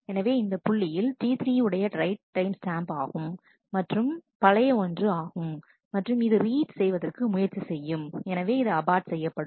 எனவே இந்த புள்ளியில் T3 உடைய ரைட் டைம் ஸ்டாம்ப் ஆகும் மற்றும் இது பழைய ஒன்று ஆகும் மற்றும் அது ரீட் செய்வதற்கு முயற்சி செய்யும் எனவே இது அபார்ட் செய்யப்படும்